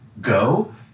go